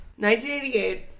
1988